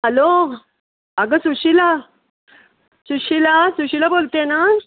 hello अगं सुशिला सुशिला सुशिला बोलते ना